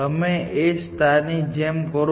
તમે તે A ની જેમ કરો